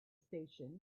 station